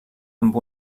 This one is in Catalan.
amb